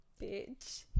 Bitch